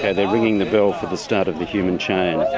yeah they're ringing the bell for the start of the human chain.